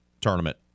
Tournament